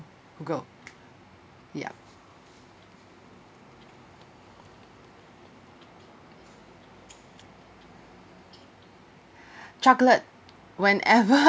who go ya chocolate whenever